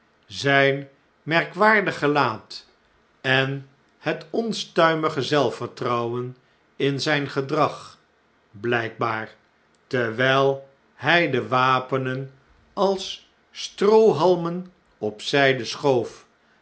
zijn merkwaardig gelaat en het onstuimige zelfvertrouwen in zjjn gedrag blijkbaar terwjjl hn de wapenen als stroohalmen op znde schoof